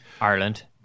Ireland